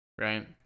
right